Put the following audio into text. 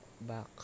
back